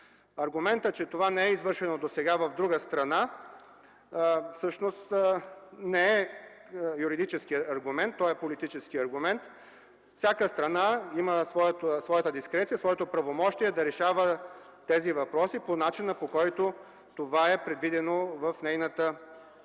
Аргументът, че това не е извършено досега в друга страна, не е юридически, а политически аргумент. Всяка страна има своята дискреция, своето правомощие да решава тези въпроси по начин, по който това е предвидено в нейната правна